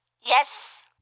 Yes